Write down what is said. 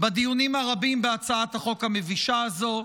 בדיונים הרבים בהצעת החוק המבישה הזו.